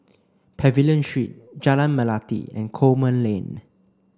Pavilion She Jalan Melati and Coleman Lane